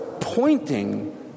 pointing